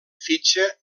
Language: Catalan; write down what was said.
fitxa